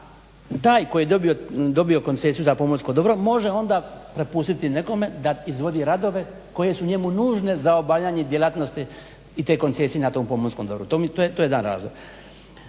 taj koji je dobio koncesiju za pomorsko dobro može onda prepustiti nekome da izvodi radove koji su njemu nužne za obavljanje djelatnosti i te koncesije na tom pomorskom dobru. To je jedan razlog.